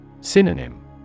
Synonym